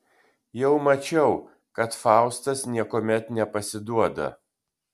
jau mačiau kad faustas niekuomet nepasiduoda